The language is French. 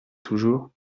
toujours